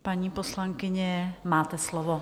Paní poslankyně, máte slovo.